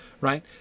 right